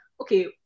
okay